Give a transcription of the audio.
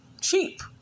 cheap